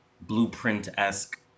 blueprint-esque